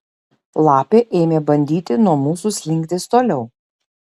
lapė ėmė bandyti nuo mūsų slinktis toliau